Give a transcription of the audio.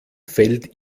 fällt